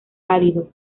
cálido